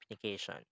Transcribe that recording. communication